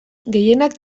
gehienak